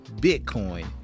bitcoin